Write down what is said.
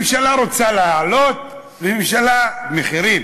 ממשלה רוצה להעלות מחירים